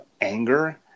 anger